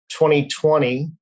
2020